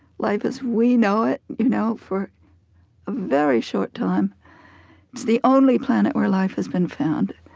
life as we know it, you know, for a very short time. it's the only planet where life has been found.